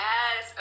Yes